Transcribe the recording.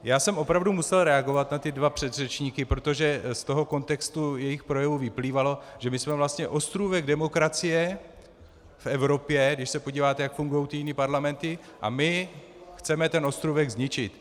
Já jsem opravdu musel reagovat na ty dva předřečníky, protože z toho kontextu jejich projevu vyplývalo, že my jsme vlastně ostrůvek demokracie v Evropě, když se podíváte, jak fungují ty jiné parlamenty, a my chceme ten ostrůvek zničit.